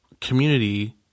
community